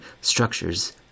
structures